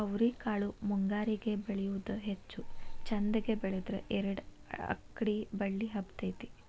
ಅವ್ರಿಕಾಳು ಮುಂಗಾರಿಗೆ ಬೆಳಿಯುವುದ ಹೆಚ್ಚು ಚಂದಗೆ ಬೆಳದ್ರ ಎರ್ಡ್ ಅಕ್ಡಿ ಬಳ್ಳಿ ಹಬ್ಬತೈತಿ